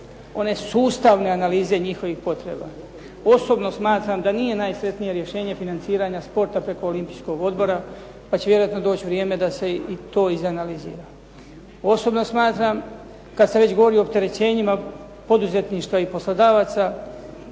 one sustavne analize njihovih potreba. Osobno smatram da nije najsretnije rješenje financiranja sporta preko Olimpijskog odbora pa će vjerojatno doći vrijeme da se i to izanalizira. Osobno smatram, kad se već govori o opterećenjima poduzetništva i poslodavaca,